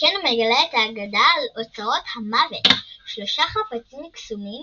וכן הוא מגלה את האגדה על אוצרות המוות – שלושה חפצים קסומים